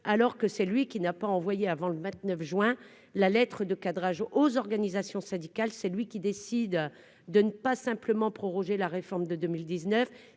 alors que c'est lui qui n'a pas envoyé avant le 29 juin la lettre de cadrage aux organisations syndicales, c'est lui qui décide de ne pas simplement prorogée, la réforme de 2019,